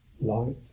light